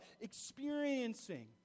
experiencing